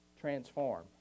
transform